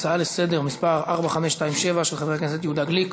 להצעה לסדר-היום מס' 4527 של חבר הכנסת יהודה גליק: